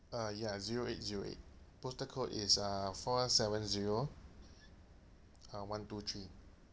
uh ya zero eight zero eight postal code is uh four seven zero uh one two three